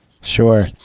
Sure